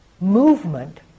movement